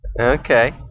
okay